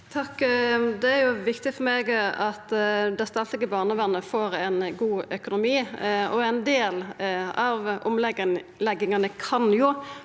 Det er viktig for meg at det statlege barnevernet får ein god økonomi. Ein del av omleggingane kan ha